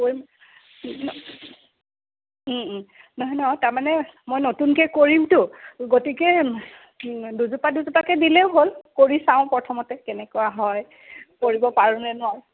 কৰিম ওম ওম মানে নহয় তাৰমানে মই নতুনকৈ কৰিমতো গতিকে দুজোপা দুজোপাকৈ দিলেও হ'ল কৰি চাওঁ প্ৰথমতে কেনেকুৱা হয় কৰিব পাৰোঁনে নোৱাৰোঁ